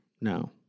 no